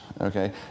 okay